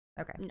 Okay